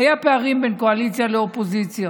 היו פערים בין קואליציה לאופוזיציה: